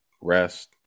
rest